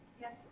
Yes